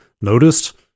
noticed